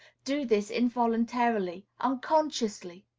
do this involuntarily, unconsciously.